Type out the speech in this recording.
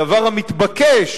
הדבר המתבקש,